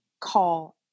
call